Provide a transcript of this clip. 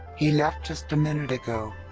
he left just a minute ago.